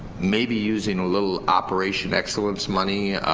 maybe using a little operation excellence money,